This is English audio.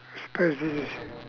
suppose this is